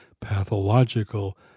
pathological